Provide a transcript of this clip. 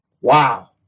Wow